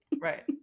Right